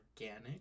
Organic